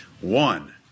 one